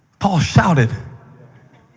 paul shouted.